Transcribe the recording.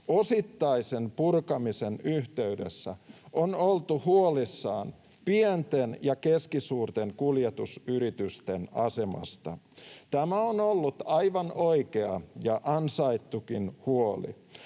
osittaisen purkamisen yhteydessä on oltu huolissaan pienten ja keskisuurten kuljetusyritysten asemasta. Tämä on ollut aivan oikea ja ansaittukin huoli.